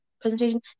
presentation